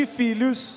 filhos